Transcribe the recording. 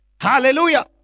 Hallelujah